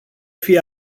fie